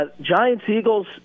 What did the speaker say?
Giants-Eagles